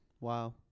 Wow